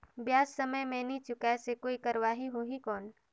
ब्याज समय मे नी चुकाय से कोई कार्रवाही होही कौन?